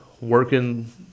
working